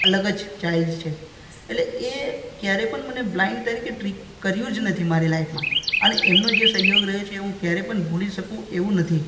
અલગ જ ચાઇલ્ડ છે એટલે એ ક્યારેય પણ મને બ્લાઇન્ડ તરીકે ટ્રીટ કર્યું જ નથી મારી લાઈફમાં અને એમને જે સહયોગ રહ્યો છે એ હું ક્યારેય પણ ભૂલી શકું એવું નથી